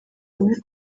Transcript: hamwe